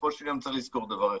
בסופו של יום צריך לזכור דבר אחד: